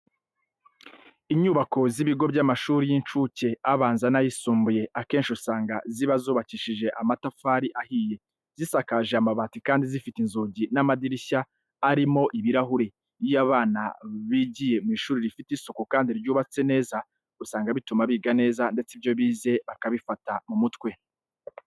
Inyubako z'ibigo by'amashuri y'incuke, abanza n'ayisumbuye akenshi usanga ziba zubakishije amatafari ahiye, zisakaje amabati kandi zifite inzugi n'amadirishya arimo ibirahure. Iyo abana bigiye mu ishuri rifite isuku kandi ryubatse neza, usanga bituma biga neza ndetse ibyo bize bakabifata mu mutwe.